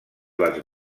les